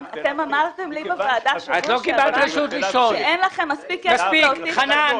אמרתם לי בוועדה שבוע שעבר שאין לכם מספיק כסף לאוטיסטים.